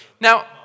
Now